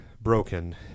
broken